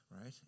right